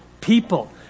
people